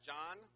John